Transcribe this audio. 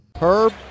herb